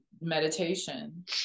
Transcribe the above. meditation